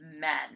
men